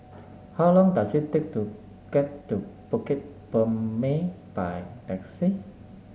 how long does it take to get to Bukit Purmei by taxi